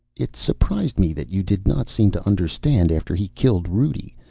it surprised me that you did not seem to understand, after he killed rudi.